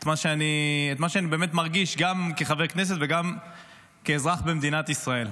מה שאני באמת מרגיש גם כחבר כנסת וגם כאזרח במדינת ישראל.